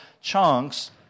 chunks